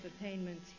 entertainment